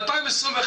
ב-2021,